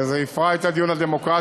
זה הפרה את הדיון הדמוקרטי.